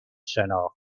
شناخت